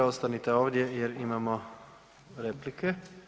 Ostanite ovdje jer imamo replike.